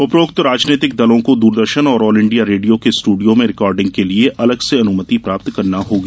उपरोक्त राजनैतिक दलों को दूरदर्शन और ऑल इंडिया रेडियों के स्टूडियों में रिकार्डिंग के लिये अलग से अनुमति प्राप्त करना होगी